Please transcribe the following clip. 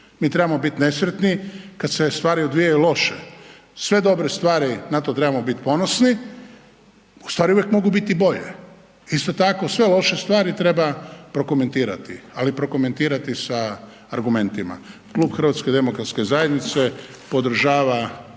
Mi trebamo biti nesretni kad se stvari odvijaju loše, sve dobre stvari, na to trebamo biti ponosni, ustvari uvijek mogu biti bolje. Isto tako, sve loše stvari treba prokomentirati ali prokomentirati sa argumentima. Klub HDZ-a podržava